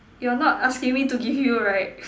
you are not asking me to give you right